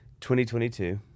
2022